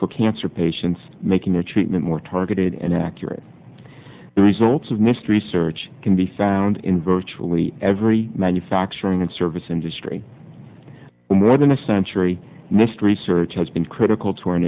for cancer patients making their treatment more targeted and accurate results of missed research can be found in virtually every manufacturing and service industry for more than a century mr research has been critical to our